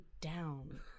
down